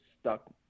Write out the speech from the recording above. stuck